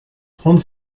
trente